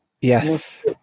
Yes